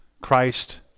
Christ